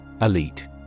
Elite